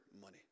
money